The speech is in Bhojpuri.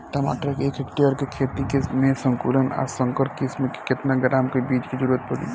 टमाटर के एक हेक्टेयर के खेती में संकुल आ संकर किश्म के केतना ग्राम के बीज के जरूरत पड़ी?